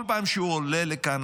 כל פעם שהוא עולה לכאן,